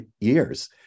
years